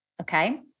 Okay